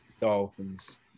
Dolphins